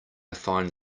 find